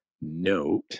note